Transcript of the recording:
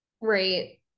right